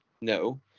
No